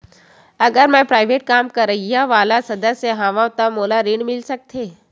अगर मैं प्राइवेट काम करइया वाला सदस्य हावव का मोला ऋण मिल सकथे?